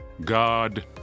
God